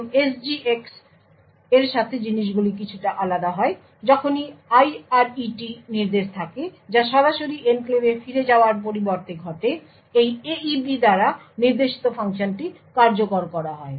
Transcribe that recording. এখানে SGX সাথে জিনিসগুলি কিছুটা আলাদা হয় যখনই IRET নির্দেশ থাকে যা সরাসরি এনক্লেভে ফিরে যাওয়ার পরিবর্তে ঘটে এই AEP দ্বারা নির্দেশিত ফাংশনটি কার্যকর করা হয়